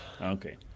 okay